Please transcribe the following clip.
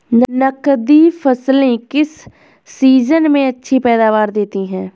नकदी फसलें किस सीजन में अच्छी पैदावार देतीं हैं?